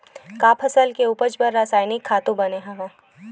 का फसल के उपज बर रासायनिक खातु बने हवय?